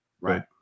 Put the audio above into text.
Right